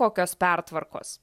kokios pertvarkos